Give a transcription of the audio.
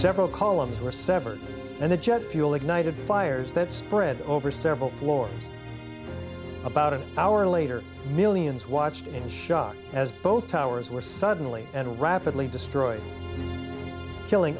several columns were severed and the jet fuel ignited fires that spread over several floors about an hour later millions watched in shock as both towers were suddenly and rapidly destroyed killing